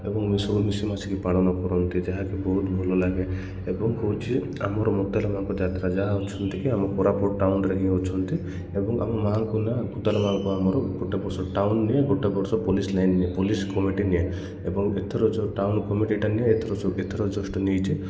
ଏବଂ ଆମେସବୁ ମିଶି ମାସିକି ପାଳନ କରନ୍ତି ଯାହାକି ବହୁତ ଭଲ ଲାଗେ ଏବଂ କହୁଛି ଆମର ମୁତାଲ ମା'ଙ୍କ ଯାତ୍ରା ଯାହା ଅଛନ୍ତି କି ଆମ କୋରାପୁଟ ଟାଉନରେ ହିଁ ଅଛନ୍ତି ଏବଂ ଆମ ମାଙ୍କ ନାଁ ମୁତଲ ମାଙ୍କ ଆମର ଗୋଟେ ବର୍ଷ ଟାଉନ ନିଏ ଗୋଟେ ବର୍ଷ ପୋଲିସ ଲାଇନ ନିଏ ପୋଲିସ କମିଟି ନିଏ ଏବଂ ଏଥର ଯେଉଁ ଟାଉନ କମିଟିଟା ନିଏ ଏଥର ସବୁ ଏଥର ଜଷ୍ଟ ନେଇଛି